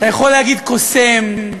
אתה יכול להגיד: קוסם,